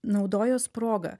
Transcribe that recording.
naudojuos proga